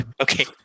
Okay